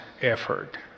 effort